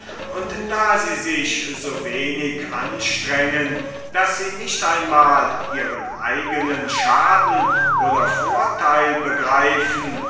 und da sie sich so wenig anstrengen daß sie nicht einmal ihren eigenen schaden oder vortheil begreifen